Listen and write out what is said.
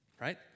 right